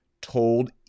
told